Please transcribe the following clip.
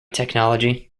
technology